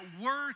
work